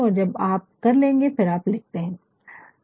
और जब आप कर लेंगे फिर आप लिखते है